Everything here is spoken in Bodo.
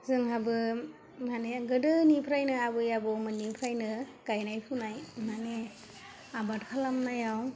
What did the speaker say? जोंहाबो माने गोदोनिफ्रायनो आबै आबौनिफ्रायनो गाइनाय फुनाय माने आबाद खालामनायाव